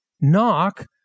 Knock